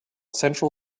central